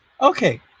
okay